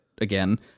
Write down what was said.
again